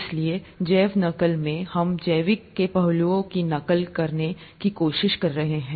इसलिए जैव नकल में हम जैविक के पहलुओं की नकल करने की कोशिश कर रहे हैं